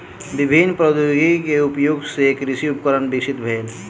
विभिन्न प्रौद्योगिकी के उपयोग सॅ कृषि उपकरण विकसित भेल